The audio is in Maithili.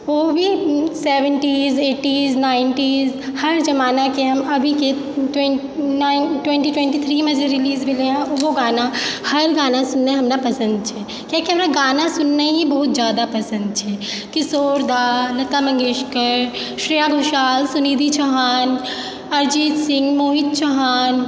ओहो भी सेवेन्टीज नाईन्टीज एटीज हर जामनाके हम अभीके ट्वेन्टी ट्वेन्टी थ्रीमे जे रिलीज भेलैहँ ओहो गाना हर गाना हमरा पसन्द छै कियाकि हमरा गाना सुननाइ ही बहुत जादा पसन्द छै किशोर दा लता मङ्गेशकर श्रेया घोषाल सुनिधि चौहान अरिजीत सिंह मोहित चौहान